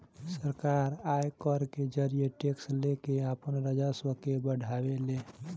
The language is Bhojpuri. सरकार आयकर के जरिए टैक्स लेके आपन राजस्व के बढ़ावे ले